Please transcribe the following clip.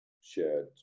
shared